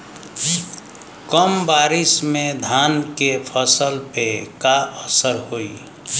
कम बारिश में धान के फसल पे का असर होई?